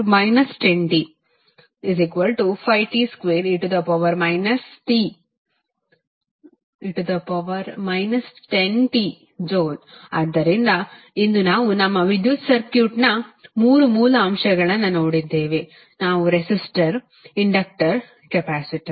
1100t2e 10t5t2e 10tJ ಆದ್ದರಿಂದ ಇಂದು ನಾವು ನಮ್ಮ ವಿದ್ಯುತ್ ಸರ್ಕ್ಯೂಟ್ನ 3 ಮೂಲ ಅಂಶಗಳನ್ನು ನೋಡಿದ್ದೇವೆ ಅವು ರೆಸಿಸ್ಟರ್ ಇಂಡಕ್ಟರ್ ಮತ್ತು ಕೆಪಾಸಿಟರ್